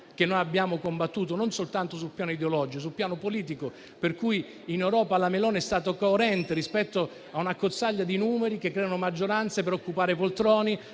che noi abbiamo combattuto non soltanto sul piano non solo ideologico, ma anche politico. In Europa la Meloni è stata coerente rispetto a un'accozzaglia di numeri che creano maggioranze per occupare poltrone